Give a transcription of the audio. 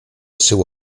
seu